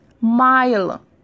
mile